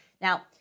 Now